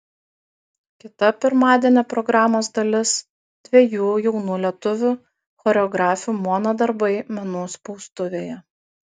kita pirmadienio programos dalis dviejų jaunų lietuvių choreografių mono darbai menų spaustuvėje